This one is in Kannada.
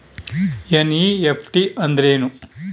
ಎನ್.ಇ.ಎಫ್.ಟಿ ಅಂದ್ರೆನು?